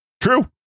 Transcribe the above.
True